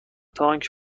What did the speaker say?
تانک